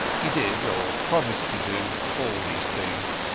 he did, or promised to do, all these things.